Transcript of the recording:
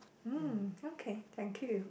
mm okay thank you